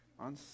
on